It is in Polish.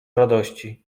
radości